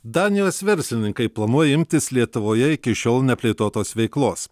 danijos verslininkai planuoja imtis lietuvoje iki šiol neplėtotos veiklos